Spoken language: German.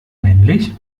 männlich